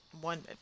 One